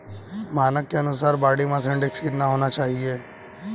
मानक के अनुसार बॉडी मास इंडेक्स कितना होना चाहिए?